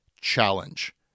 challenge